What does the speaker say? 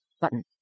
Button